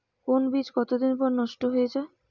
কোন বীজ কতদিন পর নষ্ট হয়ে য়ায়?